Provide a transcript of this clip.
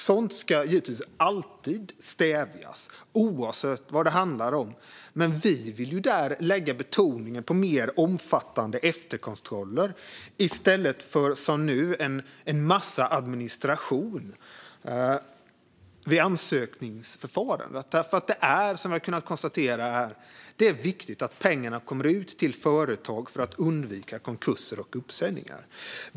Sådant ska givetvis alltid stävjas oavsett vad det handlar om. Men vi vill där lägga betoningen på mer omfattande efterkontroller i stället för som nu en massa administration vid ansökningsförfarandet. Vi har här kunnat konstatera att det är viktigt att pengarna kommer ut till företag för att undvika konkurser och uppsägningar.